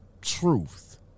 truth